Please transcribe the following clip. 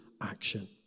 action